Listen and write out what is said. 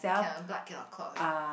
cannot blood cannot clot[ah]